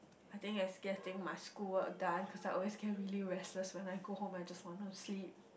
I think it's getting my school work done I felt always get really restless when I go home I just want to sleep